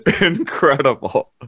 Incredible